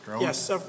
Yes